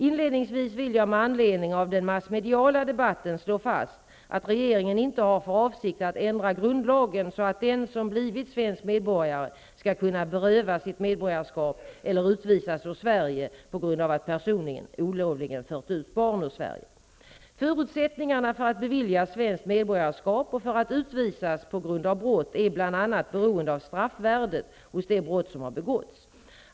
Inledningsvis vill jag med anledning av den massmediala debatten slå fast att regeringen inte har för avsikt att ändra grundlagen så att den som blivit svensk medborgare skall kunna berövas sitt medborgarskap eller utvisas ur Sverige på grund av att personen olovligen fört barn ur Förutsättningarna för att beviljas svenskt medborgarskap och för att utvisas på grund av brott är bl.a. beroende av straffvärdet hos det brott som har begåtts.